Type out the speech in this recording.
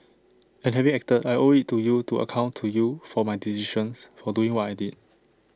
and having acted I owe IT to you to account to you for my decisions for doing what I did